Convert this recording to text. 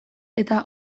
eta